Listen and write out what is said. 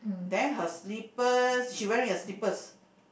then her slippers she wearing a slippers